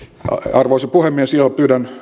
arvoisa puhemies pyydän